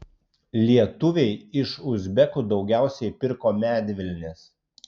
lietuviai iš uzbekų daugiausiai pirko medvilnės